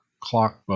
clock